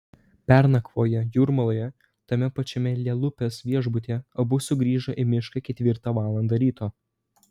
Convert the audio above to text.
pernakvoję jūrmaloje tame pačiame lielupės viešbutyje abu sugrįžo į mišką ketvirtą valandą ryto